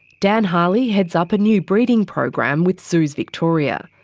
dan harley heads up a new breeding program with zoos victoria.